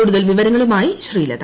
കൂടുതൽ വിവരങ്ങളുമായി ശ്രീലത